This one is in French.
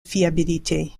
fiabilité